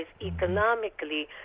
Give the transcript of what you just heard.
economically